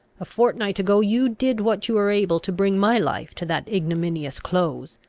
a fortnight ago you did what you were able to bring my life to that ignominious close.